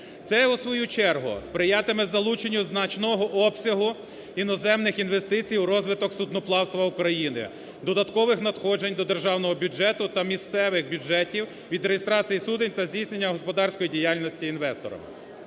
Це у свою чергу сприятиме залученню значного обсягу іноземних інвестицій у розвиток судноплавства України, додаткових надходжень до державного бюджету та місцевих бюджетів від реєстрації суден та здійснення господарської діяльності інвесторами.